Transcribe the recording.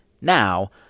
now